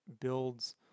builds